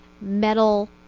metal